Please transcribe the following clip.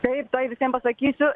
taip tuoj visiem pasakysiu